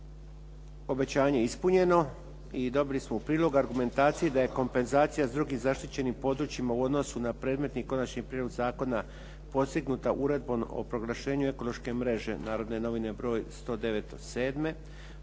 obećanje ispunjeno i dobili smo u prilog argumentacije da je kompenzacija s drugim zaštićenim područjima u odnosu na predmetni konačni prijedlog zakona postignuta uredbom o proglašenju ekološke mreže "Narodne novine" broj 109/07.